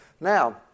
Now